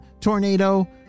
tornado